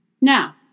Now